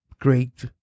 great